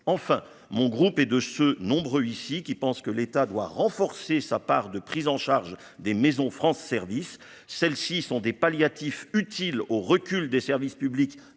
enfin mon groupe et de ce nombre ici qui pensent que l'État doit renforcer sa part de prise en charge des Maisons France service, celles-ci sont des palliatifs utile au recul des services publics